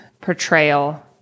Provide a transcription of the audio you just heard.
portrayal